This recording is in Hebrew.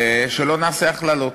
שלא נעשה הכללות.